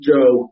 Joe